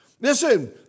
Listen